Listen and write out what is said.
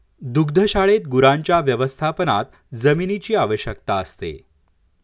दुग्धशाळेत गुरांच्या व्यवस्थापनात जमिनीची आवश्यकता असते